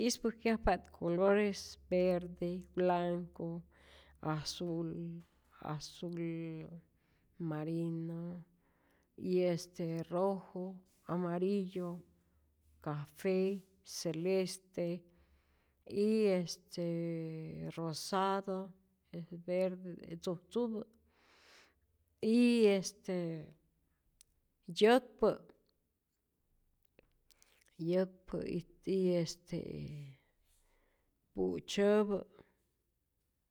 Ispäjkyajpa't colores verde, blanco, azul, azul marino y este rojo, amarillo, café, celeste y este rosado, es verde tzujtzupä, y este yäkpä', yäkpä' y y este pu'tzyäpä.